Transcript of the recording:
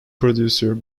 producer